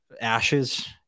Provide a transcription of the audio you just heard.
ashes